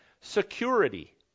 Security